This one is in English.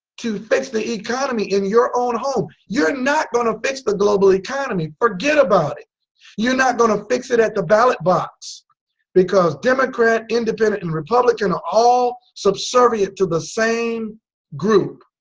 to fix the economy in your own home you're not going to fix the globaly economy forget about it you're not going to fix it at the ballot box because democrat, independent and republican are all subservant to the same group.